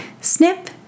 Snip